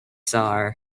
sar